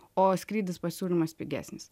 o skrydis pasiūlymas pigesnis